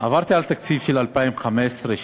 עברתי על התקציב של 2015 2016,